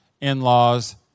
in-laws